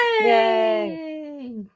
Yay